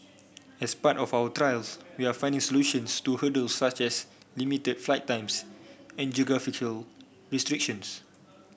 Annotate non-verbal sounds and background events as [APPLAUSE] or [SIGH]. as part of our trials we are finding solutions to hurdles such as limited flight times and [UNINTELLIGIBLE] restrictions